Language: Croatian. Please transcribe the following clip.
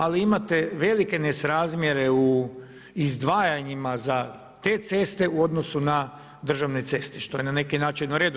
Ali imate velike nesrazmjere u izdvajanjima za te ceste u odnosu na državne ceste što je na neki način u redu.